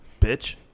Bitch